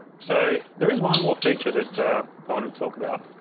so, there is one more feature that i wanted to talk about